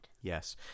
yes